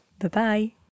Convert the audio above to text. Bye-bye